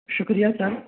شکریہ سر